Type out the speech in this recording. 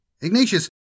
Ignatius